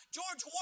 George